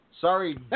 Sorry